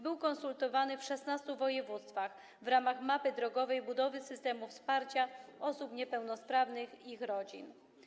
Był konsultowany w 16 województwach w ramach mapy drogowej budowy systemu wsparcia osób niepełnosprawnych i ich rodzin.